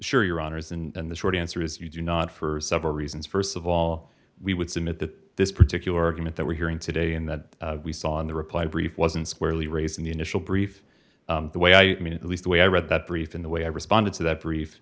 share your honors and the short answer is you do not for several reasons st of all we would submit that this particular argument that we're hearing today and that we saw in the reply brief wasn't squarely raised in the initial brief the way i mean at least the way i read that brief in the way i responded to that brief